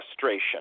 frustration